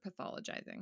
pathologizing